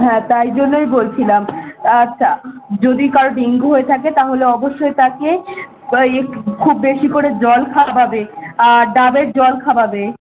হ্যাঁ তাই জন্যই বলছিলাম আচ্ছা যদি কারো ডেঙ্গু হয়ে থাকে তাহলে অবশ্যই তাকে ইয়ে খুব বেশি করে জল খাওবাবে আর ডাবের জল খাওবাবে